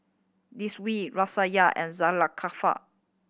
Raisya and